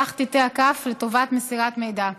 כך תיטה הכף לטובת מסירת מידע.